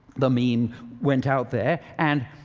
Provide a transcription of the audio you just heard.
the meme went out there. and,